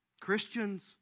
Christians